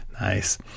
Nice